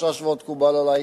שלושה שבועות מקובלים עלי.